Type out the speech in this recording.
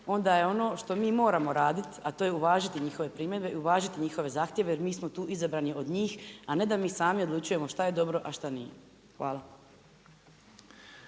onda je ono što mi moramo raditi a to je uvažiti njihove primjedbe i uvažiti njihove zahtjeve jer mi smo tu izabrani od njih, a ne da mi samo odlučujemo šta je dobro a šta nije. Hvala.